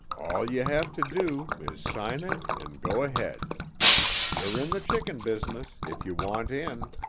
all you have to do is sign it and go ahead you're in the chicken business if you want in.